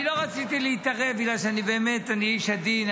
אני לא רציתי להתערב בגלל שאני באמת איש עדין.